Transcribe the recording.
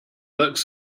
looks